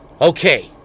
Okay